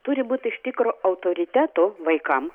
turi būt iš tikro autoritetu vaikam